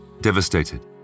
Devastated